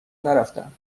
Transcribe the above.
نرفتهام